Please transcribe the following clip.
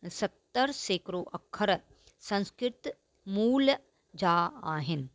सतरि सैकिड़ो अखर संस्कृत मूल जा आहिनि